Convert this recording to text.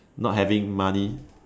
not having money